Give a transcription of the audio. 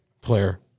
player